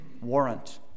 warrant